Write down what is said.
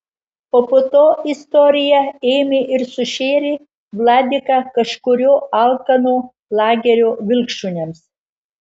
o po to istorija ėmė ir sušėrė vladiką kažkurio alkano lagerio vilkšuniams